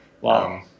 Wow